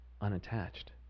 unattached